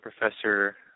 professor